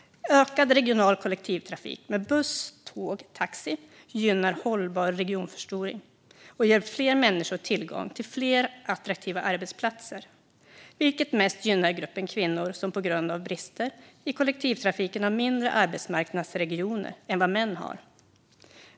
Ökad regional kollektivtrafik med buss, tåg och taxi gynnar hållbar regionförstoring och ger fler människor tillgång till fler attraktiva arbetsplatser. Det gynnar mest gruppen kvinnor, som på grund av brister i kollektivtrafiken har mindre arbetsmarknadsregioner än vad män har.